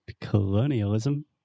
colonialism